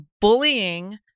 bullying